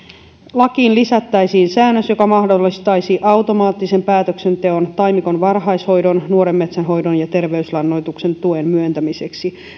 lakiin lisättäisiin säännös joka mahdollistaisi automaattisen päätöksenteon taimikon varhaishoidon nuoren metsän hoidon ja terveyslannoituksen tuen myöntämiseksi